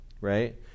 right